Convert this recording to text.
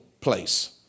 place